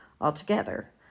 altogether